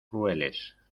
crueles